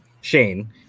shane